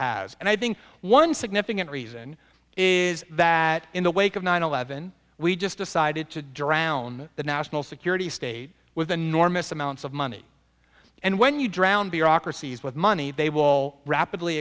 has and i think one significant reason is that in the wake of nine eleven we just decided to drown the national security state with the normal amounts of money and when you drown bureaucracies with money they will rapidly